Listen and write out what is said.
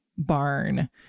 barn